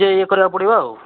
ଟିକେ ଇଏ କରିବାକୁ ପଡ଼ିବ ଆଉ